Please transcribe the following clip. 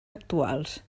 actuals